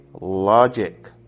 logic